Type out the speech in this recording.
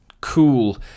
cool